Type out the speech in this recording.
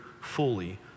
fully